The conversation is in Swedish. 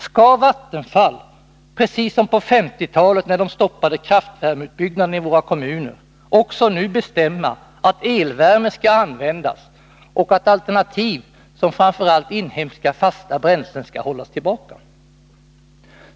Skall Vattenfall, precis som på 1950-talet när man stoppade kraftvärmeutbyggnaden i våra kommuner, också nu bestämma att elvärme skall användas och att alternativ som framför allt inhemska, fasta bränslen skall hållas tillbaka?